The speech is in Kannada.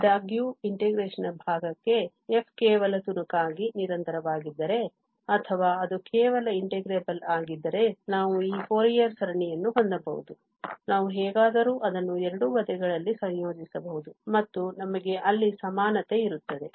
ಆದಾಗ್ಯೂ integration ನ ಭಾಗಕ್ಕೆ f ಕೇವಲ ತುಣುಕಾಗಿ ನಿರಂತರವಾಗಿದ್ದರೆ ಅಥವಾ ಅದು ಕೇವಲ ಇಂಟಿಗ್ರೇಬಲ್ ಆಗಿದ್ದರೆ ನಾವು ಈ ಫೋರಿಯರ್ ಸರಣಿಯನ್ನು ಹೊಂದಬಹುದು ನಾವು ಹೇಗಾದರೂ ಅದನ್ನು ಎರಡೂ ಬದಿಗಳಲ್ಲಿ ಸಂಯೋಜಿಸಬಹುದು ಮತ್ತು ನಮಗೆ ಅಲ್ಲಿ ಸಮಾನತೆ ಇರುತ್ತದೆ